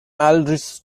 aldrich